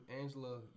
Angela